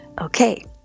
Okay